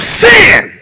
sin